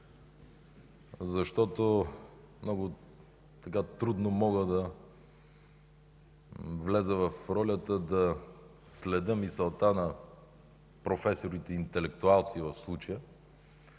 Защото много трудно мога да вляза в ролята да следя мисълта на професорите, интелектуалци в случая,